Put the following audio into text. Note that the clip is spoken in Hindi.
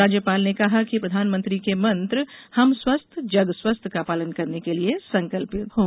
राज्यपाल ने कहा कि प्रधानमंत्री के मंत्र हम स्वस्थ जग स्वस्थ का पालन करने के लिए संकल्पित हों